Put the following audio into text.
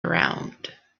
around